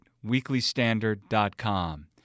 weeklystandard.com